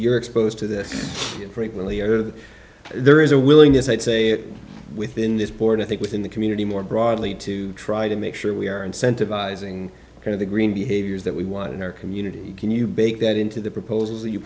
you're exposed to this frequently or that there is a willingness i'd say within this board i think within the community more broadly to try to make sure we are incentivizing for the green behaviors that we want in our community can you bake that into the proposals